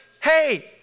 hey